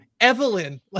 Evelyn